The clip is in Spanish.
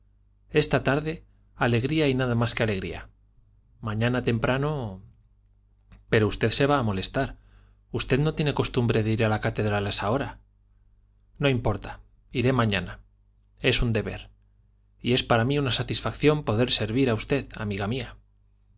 esta tarde alegría y nada más que alegría mañana temprano pero usted se va a molestar usted no tiene costumbre de ir a la catedral a esa hora no importa iré mañana es un deber y es para mí una satisfacción poder servir a usted amiga mía